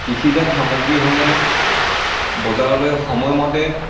কৃষিজাত সামগ্ৰীসমূহ বজাৰলৈ সময়মতে